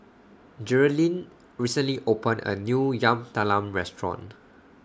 Jerilyn recently opened A New Yam Talam Restaurant